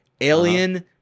Alien